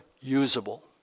usable